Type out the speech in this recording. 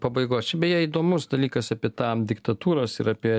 pabaigos čia beje įdomus dalykas apie tą diktatūras ir apie